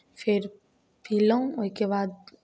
फेर पीलहुँ ओहिके बाद